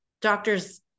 Doctors